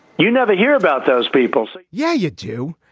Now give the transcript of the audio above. you never hear about those people yeah, you do.